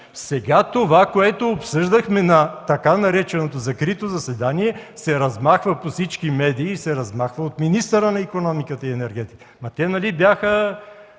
Сега това, което обсъждахме на така нареченото „закрито заседание”, се размахва по всички медии от министъра на икономиката и енергетиката. Те нали бяха